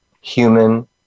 human